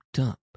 up